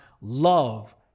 love